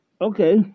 Okay